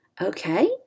okay